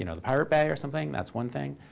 you know the pirate bay, or something, that's one thing.